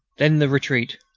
then. the retreat.